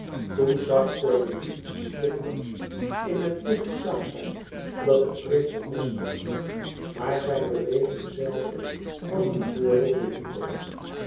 toen zag cornélie iets flikkeren in het licht zag zij dat de prins een mes trok maar zijn beweging zelve was een voordeel voor duco